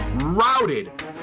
routed